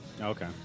Okay